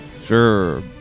Sure